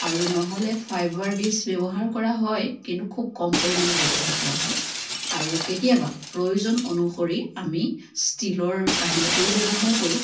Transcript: আৰু নহ'লে fibre dish ব্যৱহাৰ কৰা হয় কিন্তু খুব কম পৰিমাণে ব্যৱহাৰ কৰা হয় আৰু কেতিয়াবা প্ৰয়োজন অনুসৰি আমি ষ্টীলৰ কাঁহী বাতিও ব্যৱহাৰ কৰোঁ